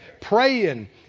praying